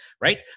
right